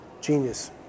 genius